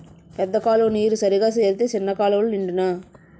పెద్ద కాలువ నీరు సరిగా సేరితే సిన్న కాలువలు నిండునా